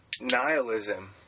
nihilism